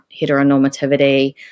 heteronormativity